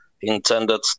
intended